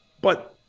But-